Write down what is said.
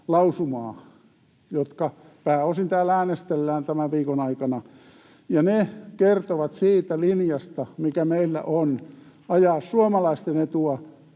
lausumaa, jotka pääosin täällä äänestellään tämän viikon aikana, ja ne kertovat siitä linjasta, mikä meillä on: ajaa suomalaisten etua,